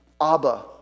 Abba